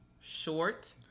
short